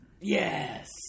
Yes